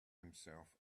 himself